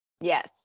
yes